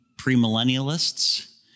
premillennialists